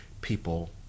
people